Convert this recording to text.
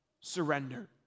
Surrender